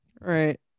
right